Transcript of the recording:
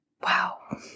Wow